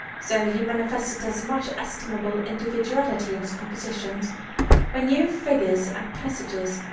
so he manifested as much estimable individuality in his compositions where new figures and passages,